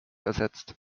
ersetzt